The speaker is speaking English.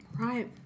Right